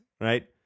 right